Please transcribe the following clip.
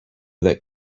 that